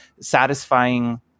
satisfying